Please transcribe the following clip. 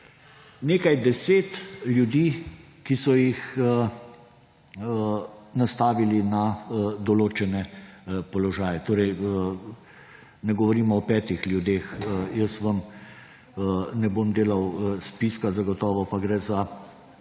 nekaj deset ljudi, ki so jih nastavili na določene položaje. Torej ne govorimo o petih ljudeh, jaz vam ne bom delal spiska, zagotovo pa gre za